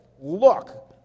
look